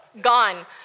gone